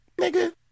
nigga